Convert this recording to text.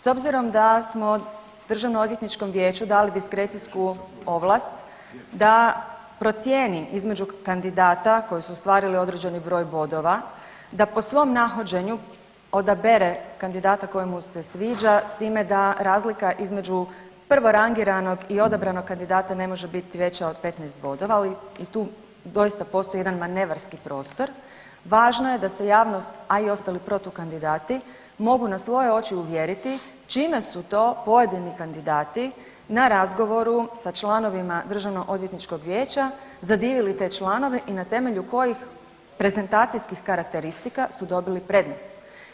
S obzirom da smo DOV-u dali diskrecijsku ovlast da procjeni između kandidata koji su ostvarili određeni broj bodova da po svom nahođenju odabere kandidata koji mu se sviđa, s time da razlika između prvorangiranog i odabranog kandidata ne može biti veća od 15 bodova, ali tu doista postoji jedan manevarski prostor, važno je da se javnost, a i ostali protukandidati mogu na svoje oči uvjeriti čime su to pojedini kandidati na razgovoru sa članovima DOV-a zadivili te članove i na temelju kojih prezentacijskih karakteristika su dobili prednost.